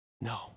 No